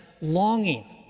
longing